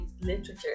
literature